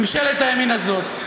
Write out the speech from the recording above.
ממשלת הימין הזאת,